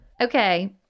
Okay